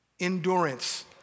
Endurance